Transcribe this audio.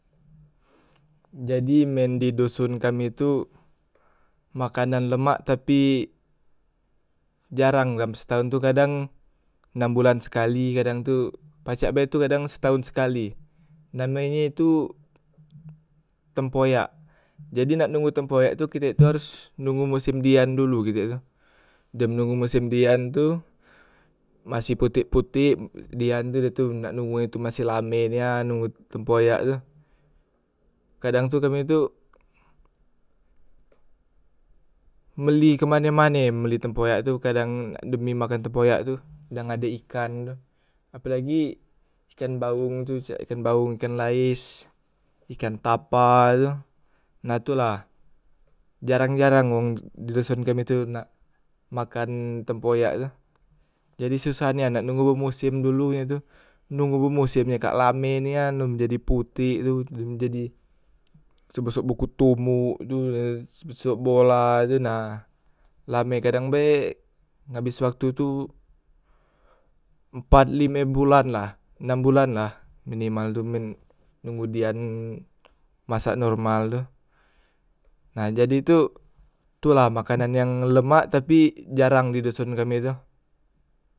Jadi men di doson kami tu makanan lemak tapi jarang kami setahon tu kadang enam bulan sekali kadang tu, pacak be tu kadang setahon sekali, namenye tu tempoyak jadi nak nunggu tempoyak tu kite tu haros nunggu mosem dian dulu kite tu, dem nonggo musim dian tu masih potek- potek dian tadi tu men nak nunggu e tu masih lame nia nunggu tempoyak tu, kadang tu kami tu, mbeli kemane- mane mbeli tempoyak tu yang ade ikan tu, apelagi ikan baong tu cak ikan baong, ikan laes, ikan tapa tu, nah tu la, jarang- jarang wong di doson kami tu nak makan tempoyak tu, jadi susah nian, nak nunggu bemosem dulu ye tu, nunggu bemosem ye kak lame nian, lom jadi putik tu lom jadi sebesok buku tumuk tu ye, sebesok bola tuna, lame kadang be ngabes waktu tu empat lime bulan la, enam bulan la minimal tu men nunggu dian masak normal tu, nah jadi tu tu la makanan yang lemak tapi jarang di doson kami tu.